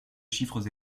chiffres